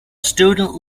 student